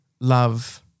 love